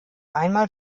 einmal